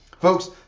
Folks